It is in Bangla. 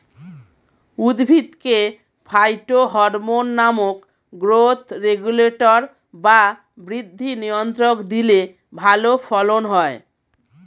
উদ্ভিদকে ফাইটোহরমোন নামক গ্রোথ রেগুলেটর বা বৃদ্ধি নিয়ন্ত্রক দিলে ভালো ফলন হয়